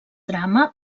drama